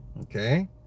Okay